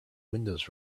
windows